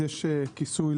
יש צרכן שרוצה.